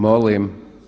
Molim.